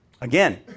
Again